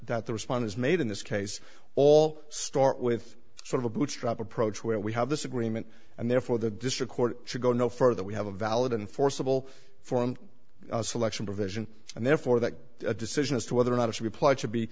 that the respondents made in this case all start with sort of a bootstrap approach where we have this agreement and therefore the district court should go no further we have a valid and forcible form selection provision and therefore that a decision as to whether or not to reply should be